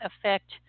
affect